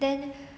then